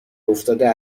افتاده